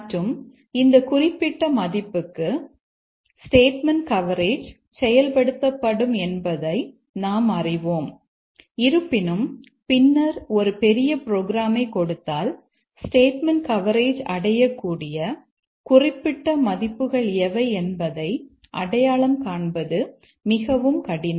மற்றும் எந்த குறிப்பிட்ட மதிப்புக்கு ஸ்டேட்மெண்ட் கவரேஜ் செயல்படுத்தப்படும் என்பதை நாம் அறிவோம் இருப்பினும் பின்னர் ஒரு பெரிய புரோகிராமைக் கொடுத்தால் ஸ்டேட்மெண்ட் கவரேஜ் அடையக்கூடிய குறிப்பிட்ட மதிப்புகள் எவை என்பதை அடையாளம் காண்பது மிகவும் கடினம்